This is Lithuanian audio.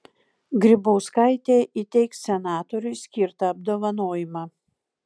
grybauskaitė įteiks senatoriui skirtą apdovanojimą